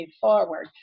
forward